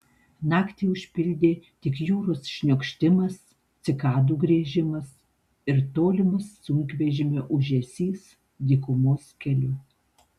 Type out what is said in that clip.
naktį užpildė tik jūros šniokštimas cikadų griežimas ir tolimas sunkvežimio ūžesys dykumos keliu